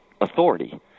authority